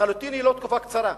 לחלוטין היא לא תקופה קצרה,